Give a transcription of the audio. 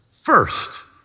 first